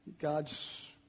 God's